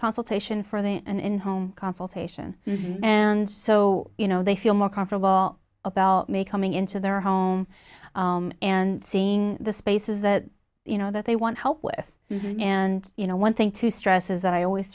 consultation for them and home consultation and so you know they feel more comfortable about may coming into their home and seeing the spaces that you know that they want to help with and you know one thing to stress is that i always